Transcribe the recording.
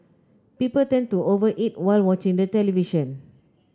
people tend to over eat while watching the television